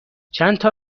چندتا